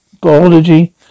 biology